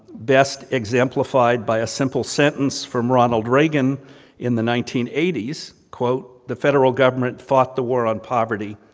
best exemplified by a simple sentence from ronald reagan in the nineteen eighty s, the federal government fought the war on poverty,